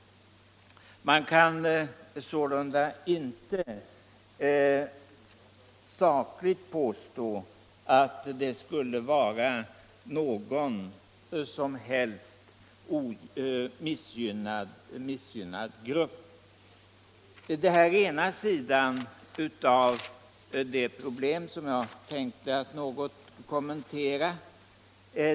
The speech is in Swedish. Man kan sålunda inte på någon som helst saklig grund påstå att de mindre och medelstora företagen skulle utgöra en missgynnad grupp. Detta är den ena sidan av det problem jag avser att kommentera.